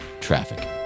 Traffic